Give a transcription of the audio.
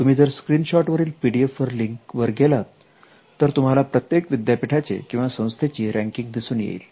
तुम्ही जर screenshot वरील पीडीएफ लिंक वर गेला तर तुम्हाला प्रत्येक विद्यापीठाचे किंवा संस्थेची रँकिंग दिसून येईल